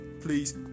Please